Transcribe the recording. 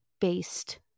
based